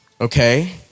okay